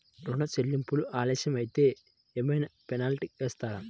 ఋణ చెల్లింపులు ఆలస్యం అయితే ఏమైన పెనాల్టీ వేస్తారా?